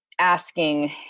asking